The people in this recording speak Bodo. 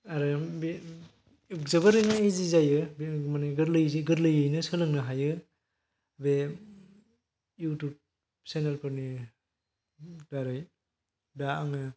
आरो बे जोबोदैनो इजि जायो माने गोरलैयैनो सोलोंनो हायो इउटुब चेनेल फोरनि दारै दा आङो